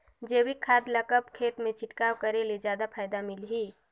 जैविक खाद ल कब खेत मे छिड़काव करे ले जादा फायदा मिलही?